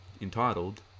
entitled